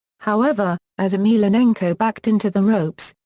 however, as emelianenko backed into the ropes,